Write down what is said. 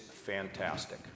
fantastic